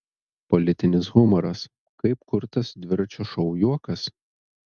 politinis humoras kaip kurtas dviračio šou juokas